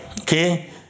Okay